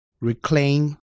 reclaim